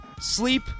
sleep